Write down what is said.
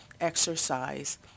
Exercise